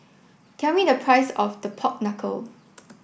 tell me the price of the Pork Knuckle